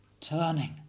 Turning